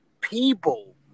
people